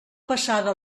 passada